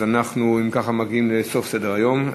אם כך, אנחנו מגיעים לסוף סדר-היום.